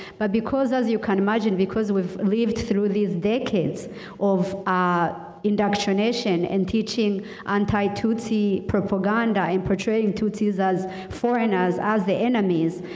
but because as you can imagine, because we've lived through these decades of indoctrination and teaching anti-tsotsi propaganda, and portraying tsotsis as foreigners as the enemies.